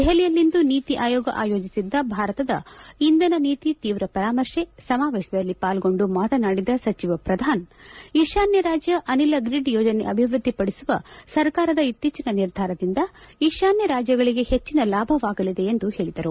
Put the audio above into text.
ದೆಹಲಿಯಲ್ಲಿಂದು ನೀತಿ ಆಯೋಗ ಆಯೋಜಿಸಿದ್ದ ಭಾರತದ ಇಂಧನ ನೀತಿ ತೀವ್ರ ಪರಾಮರ್ಶೆ ಸಮಾವೇಶದಲ್ಲಿ ಪಾಲ್ಗೊಂಡು ಮಾತನಾಡಿದ ಸಚಿವ ಪ್ರಧಾನ್ ಈಶಾನ್ಯ ರಾಜ್ಯ ಅನಿಲ್ ಗ್ರಿಡ್ ಯೋಜನೆ ಅಭಿವೃದ್ಧಿಪಡಿಸುವ ಸರ್ಕಾರದ ಇತ್ತೀಚಿನ ನಿರ್ಧಾರದಿಂದ ಈಶಾನ್ಯ ರಾಜ್ಯಗಳಿಗೆ ಹೆಚ್ಚಿನ ಲಾಭವಾಗಲಿದೆ ಎಂದು ಹೇಳಿದರು